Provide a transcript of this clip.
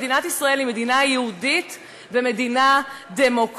מדינת ישראל היא מדינה יהודית ומדינה דמוקרטית,